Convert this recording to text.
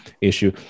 issue